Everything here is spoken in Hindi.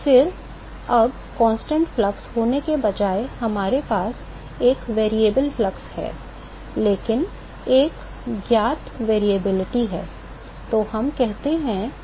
फिर अब स्थिर प्रवाह होने के बजाय हमारे पास एक परिवर्तनशील प्रवाह है लेकिन एक ज्ञात परिवर्तनशीलता है